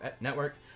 Network